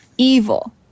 evil